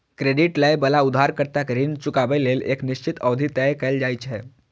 credit लए बला उधारकर्ता कें ऋण चुकाबै लेल एक निश्चित अवधि तय कैल जाइ छै